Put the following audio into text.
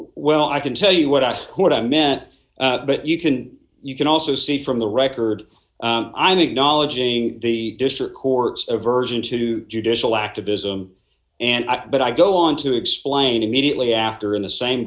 well i can tell you what i what i meant but you can you can also see from the record i'm acknowledging the district court's aversion to judicial activism and i but i go on to explain immediately after in the same